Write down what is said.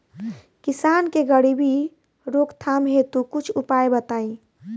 किसान के गरीबी रोकथाम हेतु कुछ उपाय बताई?